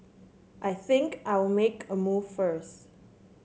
I think I'll make a move first